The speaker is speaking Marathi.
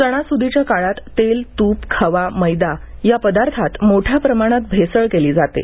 सणासुदीच्या काळात तेल तूप खवा मैदा या पदार्थात मोठ्या प्रमाणात भेसळ केली जाते